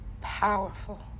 powerful